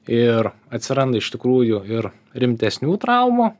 ir atsiranda iš tikrųjų ir rimtesnių traumų